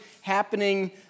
happening